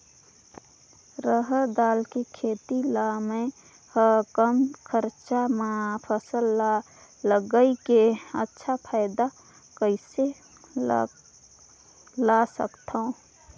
रहर दाल के खेती ला मै ह कम खरचा मा फसल ला लगई के अच्छा फायदा कइसे ला सकथव?